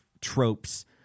tropes